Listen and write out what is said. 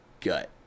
gut